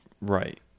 Right